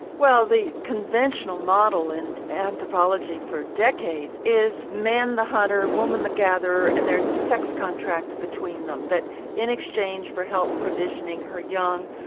well the conventional model in anthropology for decades is man the hunter, woman the gatherer and there's a sex contract between them that in exchange for help provisioning her young,